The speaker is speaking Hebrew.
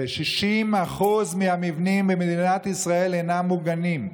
ו-60% מהמבנים במדינת ישראל אינם מוגנים.